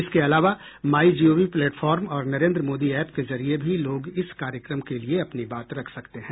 इसके अलावा my G O V platform और नरेन्द्र मोदी एप के जरिये भी लोग इस कार्यक्रम के लिए अपनी बात रख सकते हैं